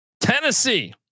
Tennessee